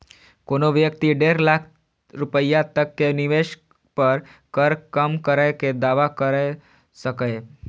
कोनो व्यक्ति डेढ़ लाख रुपैया तक के निवेश पर कर कम करै के दावा कैर सकैए